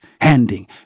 Handing